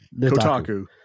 Kotaku